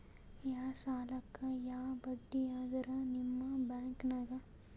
ಯಾ ಸಾಲಕ್ಕ ಯಾ ಬಡ್ಡಿ ಅದರಿ ನಿಮ್ಮ ಬ್ಯಾಂಕನಾಗ?